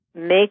make